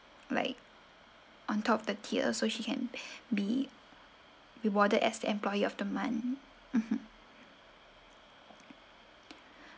like on top of the tier so she can be rewarded as the employee of the month mmhmm